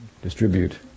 distribute